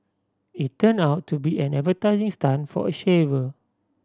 it turn out to be an advertising stunt for a shaver